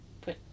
put